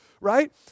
right